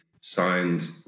signed